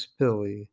spilly